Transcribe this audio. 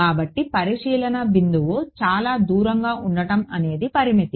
కాబట్టి పరిశీలన బిందువు చాలా దూరంగా ఉండటం అనేది పరిమితి